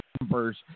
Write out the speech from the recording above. numbers